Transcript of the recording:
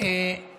בעת